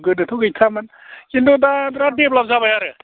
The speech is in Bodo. गोदोथ' गैथारामोन किन्तु दा बिरात देभल'प जाबाय आरो